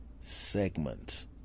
Segment